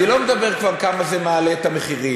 אני לא מדבר כבר על כמה זה מעלה את המחירים,